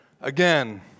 again